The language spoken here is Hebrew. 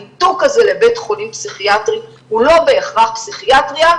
הניתוק הזה לבית חולים פסיכיאטרי הוא לא בהכרח בית